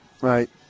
right